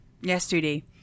yesterday